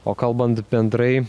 o kalbant bendrai